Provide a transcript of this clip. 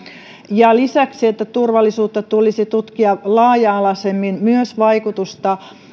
ja lisäksi se että turvallisuutta tulisi tutkia laaja alaisemmin myös vaikutusta